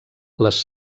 les